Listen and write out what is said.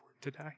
today